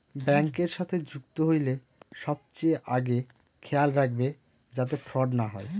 ব্যাঙ্কের সাথে যুক্ত হইলে সবচেয়ে আগে খেয়াল রাখবে যাতে ফ্রড না হয়